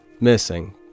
missing